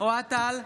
אוהד טל,